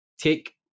take